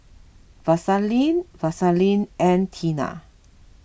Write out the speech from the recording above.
Vaselin Vaselin and Tena